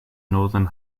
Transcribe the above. northern